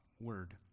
word